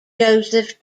joseph